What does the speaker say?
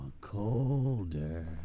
colder